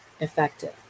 effective